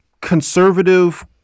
conservative